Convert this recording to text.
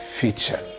future